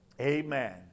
Amen